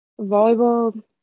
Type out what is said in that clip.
volleyball